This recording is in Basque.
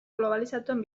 globalizatuan